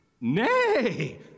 nay